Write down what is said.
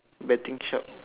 betting shop